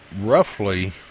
roughly